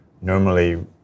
Normally